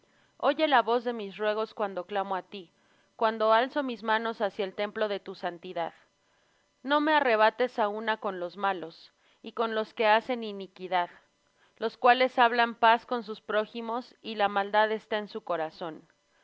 oye la voz de mis ruegos cuando clamo á ti cuando alzo mis manos hacia el templo de tu santidad no me arrebates á una con los malos y con los que hacen iniquidad los cuales hablan paz con sus prójimos y la maldad está en su corazón